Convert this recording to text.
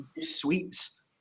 sweets